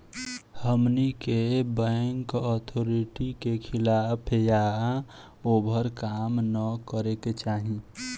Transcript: हमनी के bank authority के खिलाफ या ओभर काम न करे के चाही